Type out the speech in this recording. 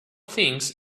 things